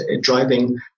driving